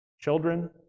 Children